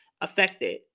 Affected